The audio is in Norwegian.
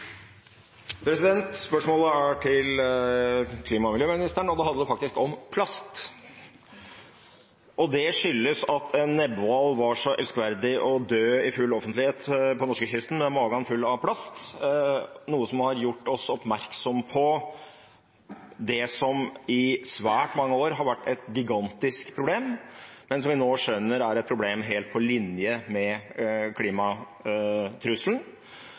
hovedspørsmål. Spørsmålet går til klima- og miljøministeren, og det handler faktisk om plast. Det skyldes at en nebbhval var så elskverdig å dø i full offentlighet på norskekysten med magen full av plast, noe som har gjort oss oppmerksom på det som i svært mange år har vært et gigantisk problem, men som vi nå skjønner er et problem helt på linje med klimatrusselen